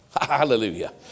Hallelujah